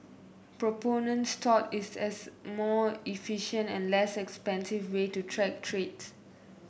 proponents tout it as a more efficient and less expensive way to track trades